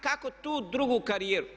Kako tu drugu karijeru?